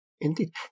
indeed